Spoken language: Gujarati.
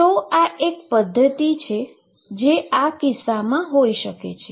તો આ એક પધ્ધતિ આ કિસ્સામાં હોઈ શકે છે